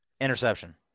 Interception